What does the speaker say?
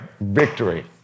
victory